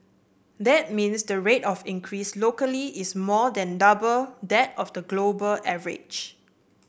that means the rate of increase locally is more than double that of the global average